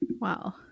Wow